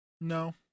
no